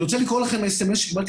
אני רוצה לקרוא לכם אס.אמ.אס שקיבלתי